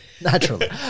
Naturally